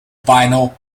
vinyl